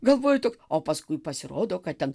galvoju tik o paskui pasirodo kad ten